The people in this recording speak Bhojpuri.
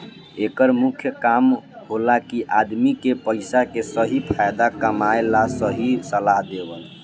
एकर मुख्य काम होला कि आदमी के पइसा के सही फायदा कमाए ला सही सलाह देवल